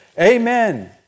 Amen